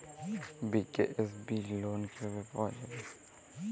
BKSB loan কিভাবে পাওয়া যাবে?